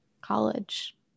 college